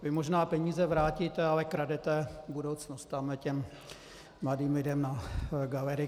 Vy možná peníze vrátíte, ale kradete budoucnost tamhle těm mladým lidem na galerii.